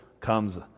comes